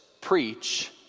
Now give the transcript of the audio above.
preach